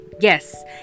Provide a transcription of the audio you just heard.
yes